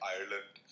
Ireland